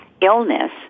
illness